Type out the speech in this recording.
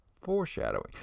Foreshadowing